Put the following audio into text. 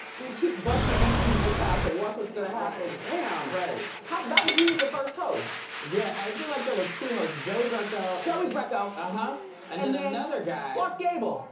you keep busting into people's house and watch what's gonna happen. damn. right. that was he was the first host? yeah, i feel like there were two hosts. joey greco. joey greco. ah and and then another guy. clark gable.